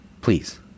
Please